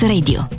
Radio